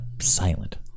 silent